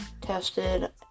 tested